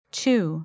two